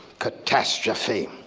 catastrophe,